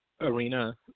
arena